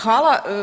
Hvala.